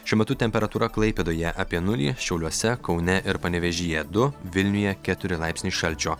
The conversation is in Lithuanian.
šiuo metu temperatūra klaipėdoje apie nulį šiauliuose kaune ir panevėžyje du vilniuje keturi laipsniai šalčio